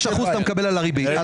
ו-3% אתה מקבל על הריבית.